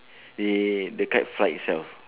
it the kite fly itself